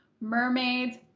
mermaids